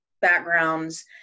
backgrounds